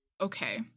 Okay